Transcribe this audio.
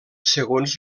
segons